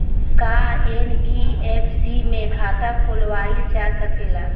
का एन.बी.एफ.सी में खाता खोलवाईल जा सकेला?